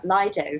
Lido